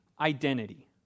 identity